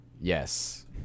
Yes